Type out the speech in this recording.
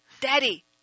Daddy